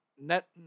net